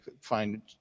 find